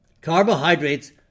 Carbohydrates